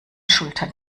schultern